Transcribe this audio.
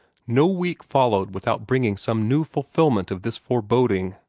no week followed without bringing some new fulfilment of this foreboding.